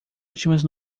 últimas